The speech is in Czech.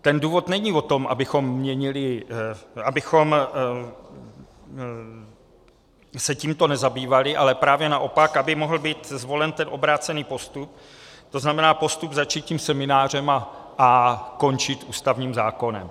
Ten důvod není o tom, abychom se tímto nezabývali, ale právě naopak, aby mohl být zvolen ten obrácený postup, tzn. postup začít tím seminářem a končit ústavním zákonem.